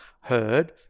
heard